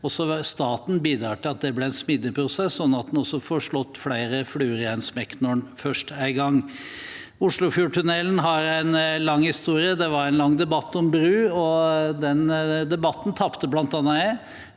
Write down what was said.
staten bidrar til at det blir en smidig prosess, sånn at en får slått flere fluer i en smekk når en først er i gang. Oslofjordtunnelen har en lang historie. Det var en lang debatt om bru, og den debatten tapte bl.a. jeg,